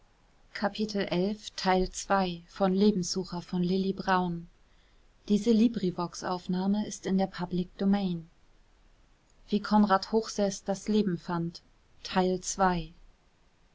wie konrad hochseß das leben fand